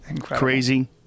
Crazy